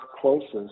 closest